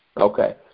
Okay